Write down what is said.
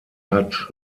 hat